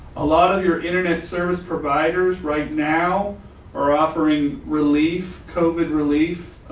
a lot of your internet service providers right now are offering relief covid relief.